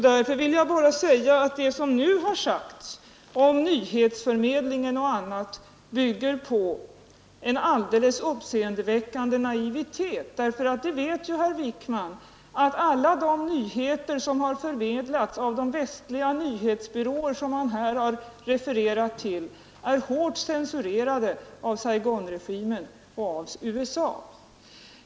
Därför vill jag bara säga att det som nu har yttrats om nyhetsförmedlingen och annat bygger på en alldeles uppseendeväckande naivitet. Herr Wijkman vet ju att alla de nyheter som har förmedlats av de västliga nyhetsbyråer som det här har refererats till är hårt censurerade av Saigonregimen och av USA.